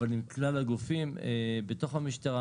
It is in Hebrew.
אבל עם כלל הגופים בתוך המשטרה,